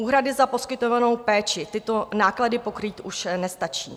Úhrady za poskytovanou péči tyto náklady pokrýt už nestačí.